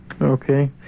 Okay